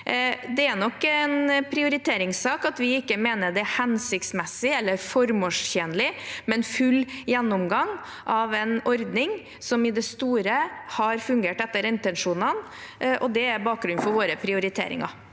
Det er nok en prioriteringssak at vi ikke mener det er hensiktsmessig eller formålstjenlig med en full gjennomgang av en ordning som i det store har fungert etter intensjonene. Det er bakgrunnen for våre prioriteringer.